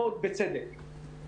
בצדק.